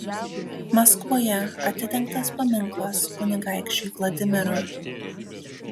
maskvoje atidengtas paminklas kunigaikščiui vladimirui